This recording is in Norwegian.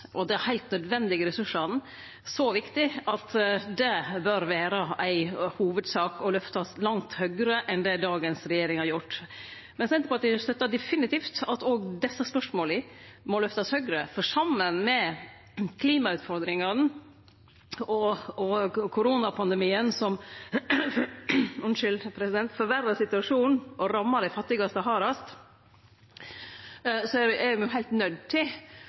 og dei heilt nødvendige ressursane så viktig at det bør vere ei hovudsak, og løftast langt høgare enn det dagens regjering har gjort. Senterpartiet støttar definitivt at òg desse spørsmåla må løftast høgare, for saman med klimautfordringane og koronapandemien som forverrar situasjonen og rammar dei fattigaste hardast, er me heilt nøydde til